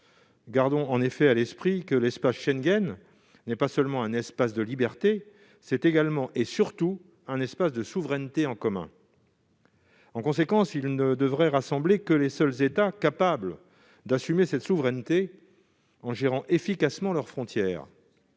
Gardons en effet à l'esprit que l'espace Schengen n'est pas seulement un espace de liberté, c'est également et surtout un espace de souveraineté en commun. En conséquence, il ne devrait rassembler que les seuls États capables d'assumer cette souveraineté en gérant efficacement leurs frontières,